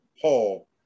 Paul